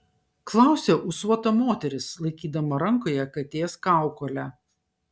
klausia ūsuota moteris laikydama rankoje katės kaukolę